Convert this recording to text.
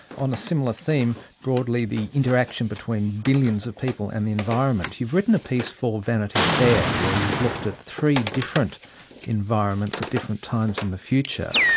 on a similar theme, broadly the interaction between billions of people and the environment, you've written a piece for vanity fair where you've looked at three different environments at different times in the future,